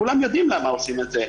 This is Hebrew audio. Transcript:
כולם יודעים למה עושים את זה.